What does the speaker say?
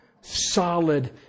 solid